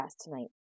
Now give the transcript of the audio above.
tonight